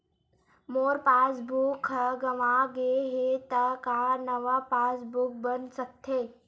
मोर passbook ह गंवा गे हे त का नवा पास बुक बन सकथे?